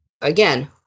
again